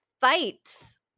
fights